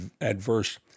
adverse